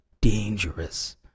dangerous